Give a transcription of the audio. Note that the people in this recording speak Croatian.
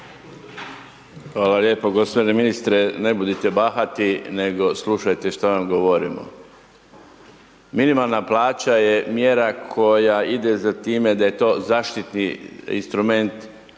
Hvala lijepo. Gospodine ministre ne budite bahati, nego slušajte što vam govorimo. Minimalna plaća je mjera koja ide za time da je to zaštitni instrument